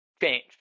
change